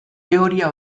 teoria